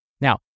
Now